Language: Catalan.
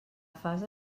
fase